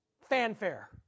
fanfare